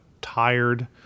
tired